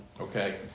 okay